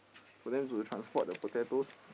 for them to transport the potatoes